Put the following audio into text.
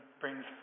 brings